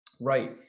right